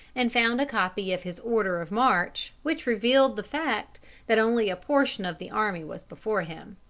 and found a copy of his order of march, which revealed the fact that only a portion of the army was before him.